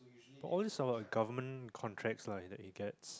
always are like government contracts ah it gets